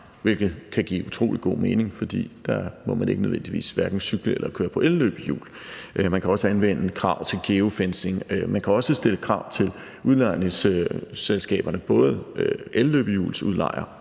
hvilket kan give utrolig god mening, fordi man dér nødvendigvis ikke må cykle eller køre på elløbehjul. Man kan også anvende krav til geofencing, og man kan også stille krav til udlejningsselskaberne – både elløbehjulsudlejere